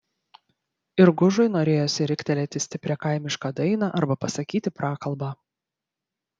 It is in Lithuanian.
ir gužui norėjosi riktelėti stiprią kaimišką dainą arba pasakyti prakalbą